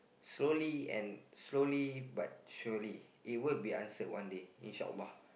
slowly and slowly but surely it would be answered one day in short while